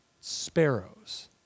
sparrows